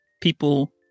people